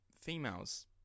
females